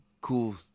cool